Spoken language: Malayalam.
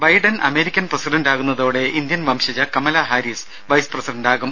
ബൈഡൻ അമേരിക്കൻ പ്രസിഡന്റാകുന്നതോടെ ഇന്ത്യൻ വംശജ കമലാ ഹാരിസ് വൈസ് പ്രസിഡന്റാകും